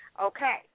Okay